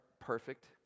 perfect